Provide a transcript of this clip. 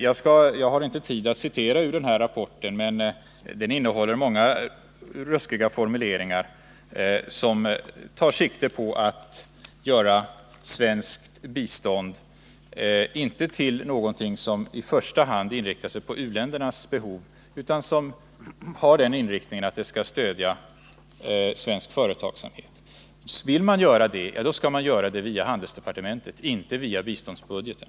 Jag har inte tid att citera ur denna rapport, men den innehåller många ruskiga formuleringar, som tar sikte på att göra svenskt bistånd till någonting som inte i första hand inriktas på u-ländernas behov utan skall stödja svensk företagsamhet. Vill man göra det, skall man göra det via handelsdepartementet — inte via biståndsbudgeten.